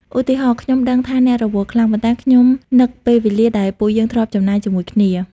ឧទាហរណ៍ខ្ញុំដឹងថាអ្នករវល់ខ្លាំង ប៉ុន្តែខ្ញុំនឹកពេលវេលាដែលពួកយើងធ្លាប់ចំណាយជាមួយគ្នា។